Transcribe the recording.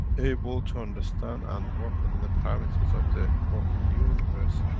able to understand and work within the parameters of the work of the universe,